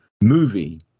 movie